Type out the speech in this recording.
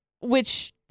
which-